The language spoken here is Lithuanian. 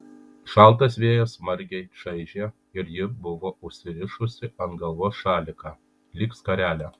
šaltas vėjas smarkiai čaižė ir ji buvo užsirišusi ant galvos šaliką lyg skarelę